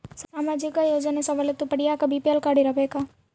ಸಾಮಾಜಿಕ ಯೋಜನೆ ಸವಲತ್ತು ಪಡಿಯಾಕ ಬಿ.ಪಿ.ಎಲ್ ಕಾಡ್೯ ಇರಬೇಕಾ?